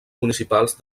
municipals